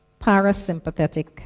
parasympathetic